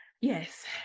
Yes